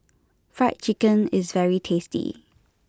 Fried Chicken is very tasty